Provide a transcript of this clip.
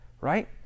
Right